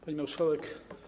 Pani Marszałek!